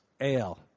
AL